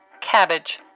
cabbage